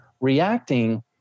reacting